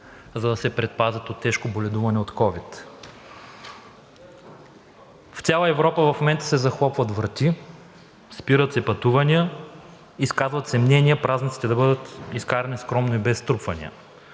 за да се предпазят от тежко боледуване от ковид. В цяла Европа в момента се захлопват врати, спират се пътувания, изказват се мнения празниците да бъдат изкарани скромно и без струпвания.